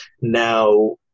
now